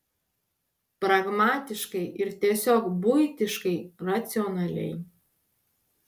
pragmatiškai ir tiesiog buitiškai racionaliai